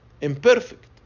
imperfect